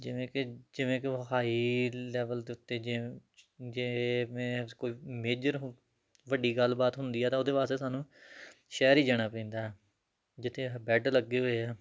ਜਿਵੇਂ ਕਿ ਜਿਵੇਂ ਕਿ ਉਹ ਹਾਈ ਲੈਵਲ ਦੇ ਉੱਤੇ ਜਿਵ ਜਿਵੇਂ ਜੇ ਮੈਂ ਕੋਈ ਮੇਜਰ ਹੋ ਵੱਡੀ ਗੱਲਬਾਤ ਹੁੰਦੀ ਹੈ ਤਾਂ ਉਹਦੇ ਵਾਸਤੇ ਸਾਨੂੰ ਸ਼ਹਿਰ ਹੀ ਜਾਣਾ ਪੈਂਦਾ ਜਿੱਥੇ ਬੈੱਡ ਲੱਗੇ ਹੋਏ ਆ